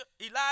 Elijah